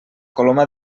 coloma